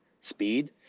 speed